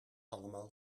allemaal